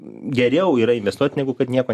geriau yra investuot negu kad nieko